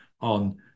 on